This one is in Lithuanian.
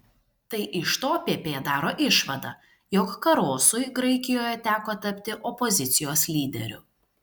tai iš to pp daro išvadą jog karosui graikijoje teko tapti opozicijos lyderiu